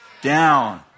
down